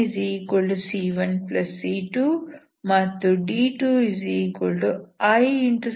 ಇಲ್ಲಿ d1c1c2 ಮತ್ತು d2i ಆಗಿವೆ